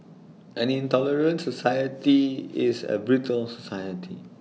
an intolerant society is A brittle society